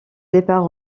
départ